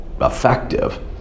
effective